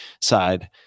side